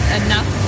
enough